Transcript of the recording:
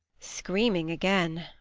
screaming again.